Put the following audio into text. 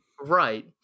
Right